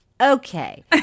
Okay